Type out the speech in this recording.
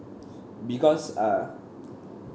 because uh